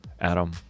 Adam